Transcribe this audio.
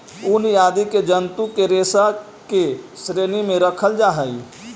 ऊन आदि के जन्तु के रेशा के श्रेणी में रखल जा हई